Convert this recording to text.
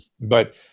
But-